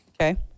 okay